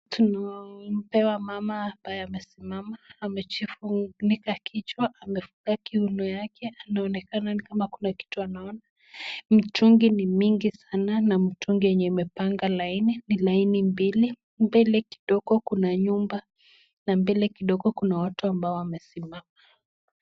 tunaona mama hapa ambaye amesimama, amejifungika kichwa amefunga kiuno chake. Anaonekana ni kama kuna kitu anaona. Mtungi ni mingi sana na mitungi yenye imepanga laini, ni laini mbili. Mbele kidogo kuna nyumba, na mbele kidogo kuna watu ambao wamesimama.